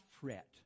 fret